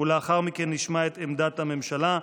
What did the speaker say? ולאחר מכן נשמע את עמדת הממשלה.